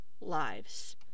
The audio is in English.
lives